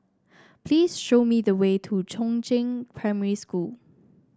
please show me the way to Chongzheng Primary School